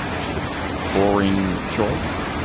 she's a boring choice.